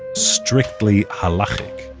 strictly halachic.